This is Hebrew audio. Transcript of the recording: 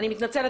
אני מתנצלת,